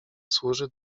służy